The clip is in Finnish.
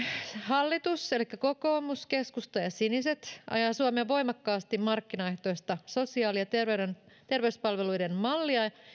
hallitus elikkä kokoomus keskusta ja siniset ajaa suomeen voimakkaasti markkinaehtoista sosiaali ja terveyspalveluiden mallia